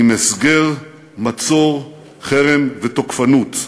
עם הסגר, מצור, חרם ותוקפנות.